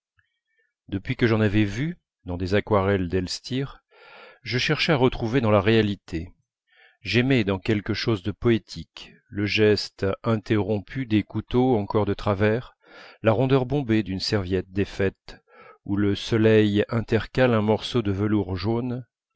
depuis que j'en avais vu dans des aquarelles d'elstir je cherchais à retrouver dans la réalité j'aimais comme quelque chose de poétique le geste interrompu des couteaux encore de travers la rondeur bombée d'une serviette défaite où le soleil intercale un morceau de velours jaune